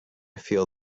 feel